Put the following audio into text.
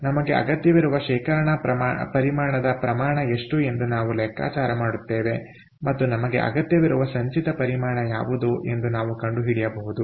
ಆದ್ದರಿಂದ ನಮಗೆ ಅಗತ್ಯವಿರುವ ಶೇಖರಣಾ ಪರಿಮಾಣದ ಪ್ರಮಾಣ ಎಷ್ಟು ಎಂದು ನಾವು ಲೆಕ್ಕಾಚಾರ ಮಾಡುತ್ತೇವೆ ಮತ್ತು ನಮಗೆ ಅಗತ್ಯವಿರುವ ಸಂಚಿತ ಪರಿಮಾಣ ಯಾವುದು ಎಂದು ನಾವು ಕಂಡುಹಿಡಿಯಬಹುದು